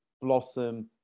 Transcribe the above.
blossom